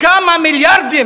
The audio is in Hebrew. כמה מיליארדים